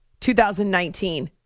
2019